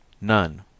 None